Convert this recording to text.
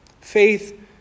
faith